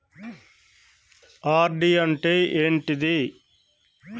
RD అంటే ఏంటిది?